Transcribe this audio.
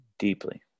deeply